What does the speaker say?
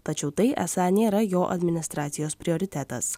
tačiau tai esą nėra jo administracijos prioritetas